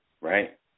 right